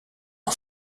een